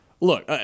look